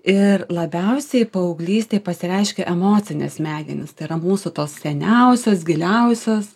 ir labiausiai paauglystėj pasireiškia emocinės smegenys tai yra mūsų tos seniausios giliausios